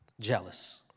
Jealous